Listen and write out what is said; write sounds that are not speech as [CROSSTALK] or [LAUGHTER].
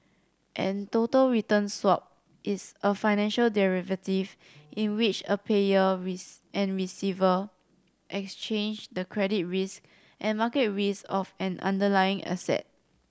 a total return swap is a financial derivative in which a payer [UNINTELLIGIBLE] and receiver exchange the credit risk and market risk of an underlying asset